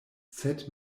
sed